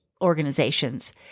organizations